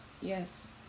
Yes